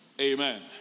Amen